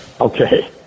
Okay